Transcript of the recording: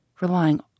relying